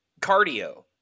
cardio